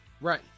right